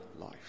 life